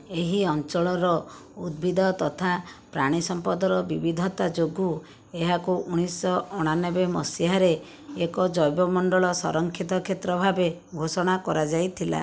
ଏହି ଅଞ୍ଚଳର ଉଦ୍ଭିଦ ତଥା ପ୍ରାଣୀ ସମ୍ପଦର ବିବିଧତା ଯୋଗୁଁ ଏହାକୁ ଉଣେଇଶହ ଅଣାନବେ ମସିହାରେ ଏକ ଜୈବମଣ୍ଡଳ ସଂରକ୍ଷିତ କ୍ଷେତ୍ର ଭାବେ ଘୋଷଣା କରାଯାଇଥିଲା